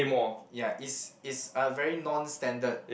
ya is is a very non standard